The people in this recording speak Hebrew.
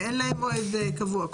ואין להם מועד קבוע.